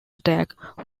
attack